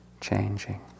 changing